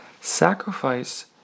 Sacrifice